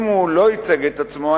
אם הוא לא ייצג רק את עצמו,